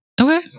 Okay